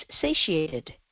satiated